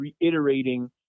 reiterating